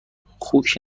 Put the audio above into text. خوک